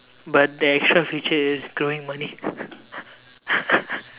but the extra feature is growing money